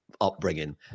Upbringing